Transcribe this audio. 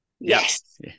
Yes